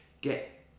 get